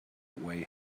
way